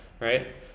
right